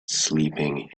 sleeping